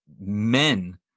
men